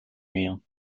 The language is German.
meer